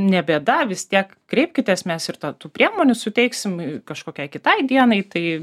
ne bėda vis tiek kreipkitės mes ir tų priemonių suteiksim kažkokiai kitai dienai tai